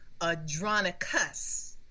Adronicus